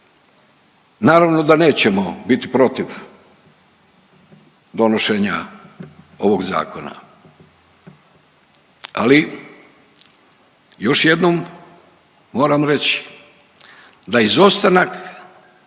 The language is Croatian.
Naravno da nećemo biti protiv donošenja ovog Zakona, ali još jednom moram reći da izostanak